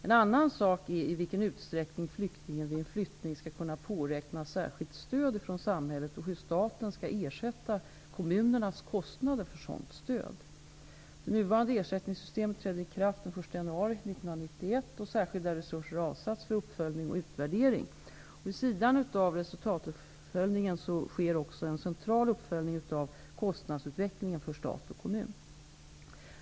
En annan sak är i vilken utsträckning flyktingen vid en flyttning skall kunna påräkna särskilt stöd från samhället och hur staten skall ersätta kommunernas kostnader för sådant stöd. Det nuvarande ersättningssystemet trädde i kraft den 1 januari 1991. Särskilda resurser har avsatts för uppföljning och urvärdering. Vid sidan av resultatuppföljning sker också en central uppföljning av kostnadsutvecklingen för stat och kommun.